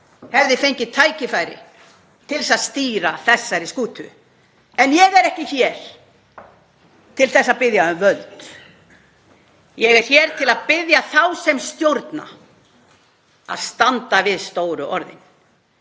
hefði fengið tækifæri til að stýra þessari skútu. En ég er ekki hér til að biðja um völd. Ég er hér til að biðja þá sem stjórna að standa við stóru orðin.